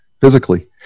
physically